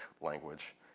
language